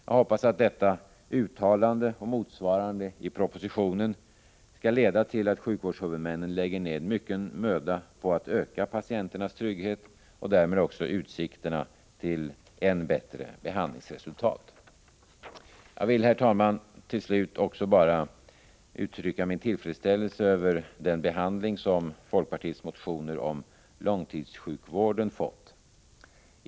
Jag hoppas att detta uttalande och motsvarande i propositionen skall leda till att sjukvårdshuvudmännen lägger mycken möda på att öka patienternas trygghet och därmed också utsikterna till än bättre behandlingsresultat. Jag vill, herr talman, till slut också bara uttrycka min tillfredsställelse över den behandling som folkpartiets motioner om långtidssjukvården har fått.